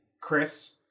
Chris